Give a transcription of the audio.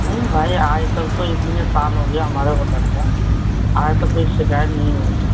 نہیں بھائی آج تک تو اتنے سال ہو گیا ہمارے ہوٹل کا آج تک کوئی شکایت نہیں ہوئی